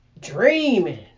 dreaming